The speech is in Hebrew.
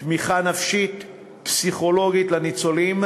תמיכה נפשית-פסיכולוגית לניצולים,